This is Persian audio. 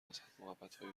ازحد، محبتهای